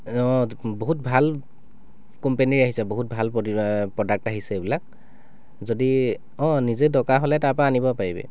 অঁ বহুত ভাল কোম্পানিৰ আহিছে বহুত ভাল প্ৰদি প্ৰডাক্ট আহিছে এইবিলাক যদি অঁ নিজে দৰকাৰ হ'লে তাৰ পৰা আনিব পাৰিবি